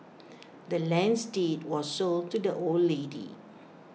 the land's deed was sold to the old lady